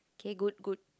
K good good